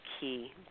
key